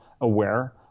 aware